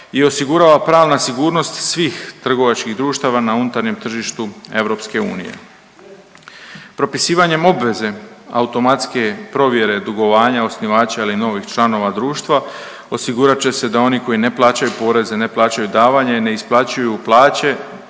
i osigurava pravna sigurnost svih trgovačkih društava na unutarnjem tržištu EU. Propisivanjem obveze automatske provjere dugovanja osnivača ili novih članova društva osigurat će se da oni koji ne plaćaju poreze, ne plaćaju davanje ne isplaćuju plaće